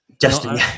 Justin